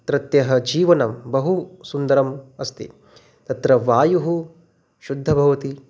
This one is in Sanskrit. तत्रत्यः जीवनं बहु सुन्दरम् अस्ति तत्र वायुः शुद्धः भवति